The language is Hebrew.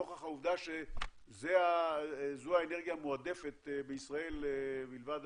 נוכח העובדה שזו האנרגיה המועדפת בישראל מלבד